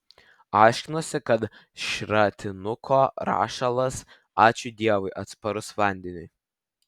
aiškinosi kad šratinuko rašalas ačiū dievui atsparus vandeniui